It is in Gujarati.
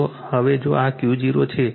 તો હવે જો આ Q0 છે